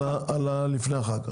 על לפני החג.